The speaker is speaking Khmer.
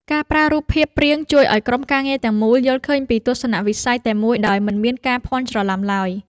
ការប្រើរូបភាពព្រាងជួយឱ្យក្រុមការងារទាំងមូលយល់ឃើញពីទស្សនវិស័យតែមួយដោយមិនមានការភ័ន្តច្រឡំឡើយ។